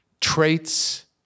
traits